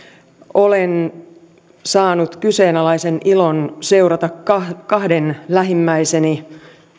olen saanut kyseenalaisen ilon seurata kahden kahden lähimmäiseni